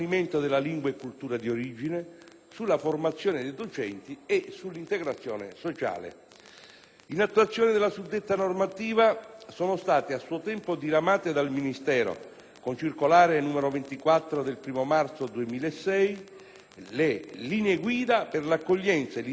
sulla formazione dei docenti e sull'integrazione sociale. In attuazione della suddetta normativa sono state a suo tempo diramate dal Ministero, con circolare n. 24 del 1° marzo 2006, le «Linee guida per l'accoglienza e l'integrazione degli alunni stranieri».